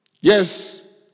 Yes